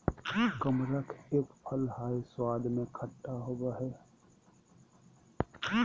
कमरख एक फल हई स्वाद में खट्टा होव हई